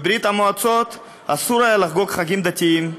בברית-המועצות אסור היה לחגוג חגים דתיים,